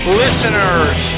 listeners